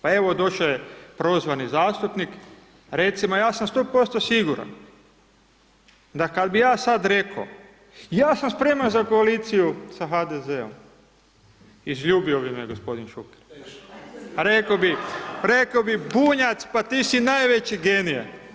Pa evo, došao je prozvani zastupnik, recimo, ja sam 100% siguran da kad bi ja sad rekao, ja sam spreman za koaliciju sa HDZ-om, izljubio bi me g. Šuker, rekao bi Bunjac, pa ti si najveći genije.